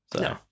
No